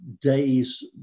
days